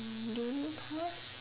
uni course